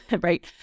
right